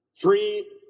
three